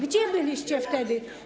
Gdzie byliście wtedy?